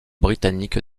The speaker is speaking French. britannique